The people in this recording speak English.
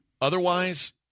Otherwise